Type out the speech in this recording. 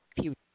Future